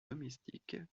domestiques